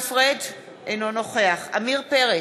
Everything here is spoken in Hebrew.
אינו נוכח עמיר פרץ,